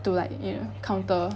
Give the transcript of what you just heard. to like you know counter